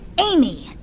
Amy